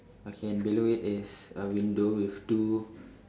okay and below it is a window with two